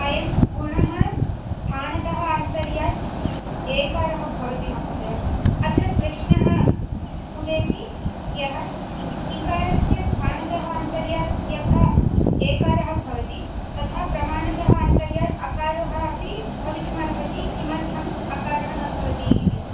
अयं गुणः स्थानतः अन्तर्यात् एकारः भवति महोदय अत्र प्रश्नः उदेति यः इकारस्य स्थानतः अन्तर्यात् यथा एकारः भवति तथा प्रमाणतः अन्तर्यात् अकारः अपि भवितुमर्हति किमर्थम् अकारः न भवति इति